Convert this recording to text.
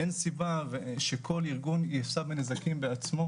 אין סיבה שכל ארגון יישא בנזקים בעצמו,